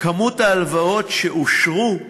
מספר ההלוואות שאושרו,